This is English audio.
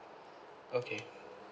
okay